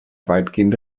weitgehende